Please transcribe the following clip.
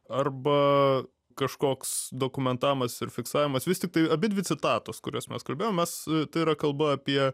arba kažkoks dokumentavimas ir fiksavimas vis tiktai abidvi citatos kurios mes kalbėjom mes tai yra kalba apie